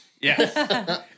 Yes